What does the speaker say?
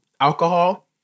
alcohol